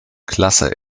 klasse